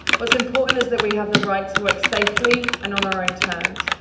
what's important is that we have the right to work safely and on our own terms.